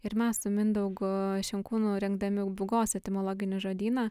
ir mes su mindaugu šinkūnu rengdami būgos etimologinį žodyną